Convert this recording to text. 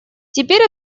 теперь